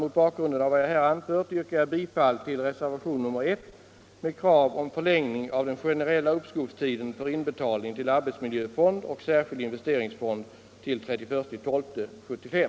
Mot bakgrund av vad jag här anfört yrkar jag bifall till reservationen I med krav om förlängning av den generella uppskovstiden för inbetalning till arbetsmiljöfond och särskild investeringsfond till den 31 december 1975.